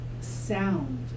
sound